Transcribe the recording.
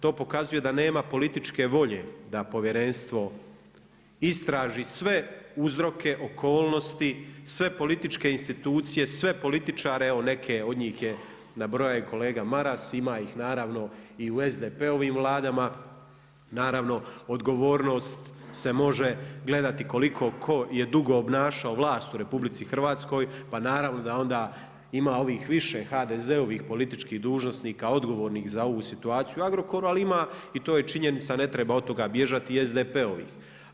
To pokazuje da nema političke volje da povjerenstvo istraži sve uzroke, okolnosti, sve političke institucije, sve političare, evo neke od njih je nabrojao i kolega Maras, ima ih naravno i u SDP-ovim Vladama, naravno odgovornost se može gledati koliko tko je dugo obnašao Vlast u RH, pa naravno da onda ima ovih više HDZ-ovih političkih dužnosnika odgovornih za ovu situaciju u Agrokoru, ali ima i to je činjenica, ne treba od toga bježati, SDP-ovih.